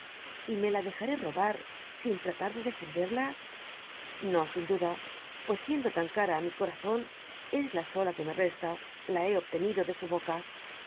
y me la dejaré robar sin tratar defenderla no sin duda pues siendo tan cara á mi corazón es la sola que me resta la bé obtenido de su boca